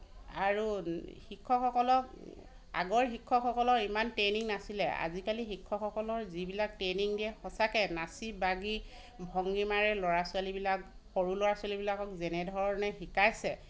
আৰু শিক্ষকসকলক আগৰ শিক্ষকসকলৰ ইমান ট্ৰেইনিং নাছিলে আজিকালি শিক্ষকসকলৰ যিবিলাক ট্ৰেইনিং দিয়ে সঁচাকে নাচি বাগি ভংগীমাৰে ল'ৰা ছোৱালীবিলাক সৰু ল'ৰা ছোৱালীবিলাকক যেনে ধৰণে শিকাইছে